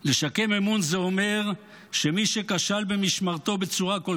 לשקם אמון זה אומר שמי שכשל במשמרתו בצורה כל